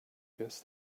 guess